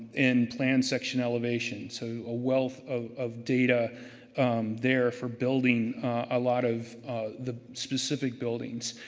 in plan section elevation. so, a wealth of data there for building a lot of the specific buildings.